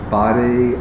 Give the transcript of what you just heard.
body